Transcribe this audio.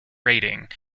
rating